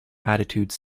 attitude